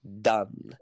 done